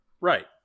Right